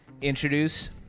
introduce